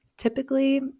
Typically